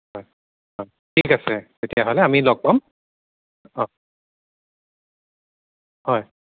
হয় হয় ঠিক আছে তেতিয়াহ'লে আমি লগ পাম অঁ হয়